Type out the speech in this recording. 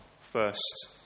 first